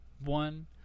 One